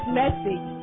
message